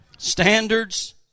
Standards